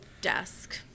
desk